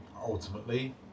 ultimately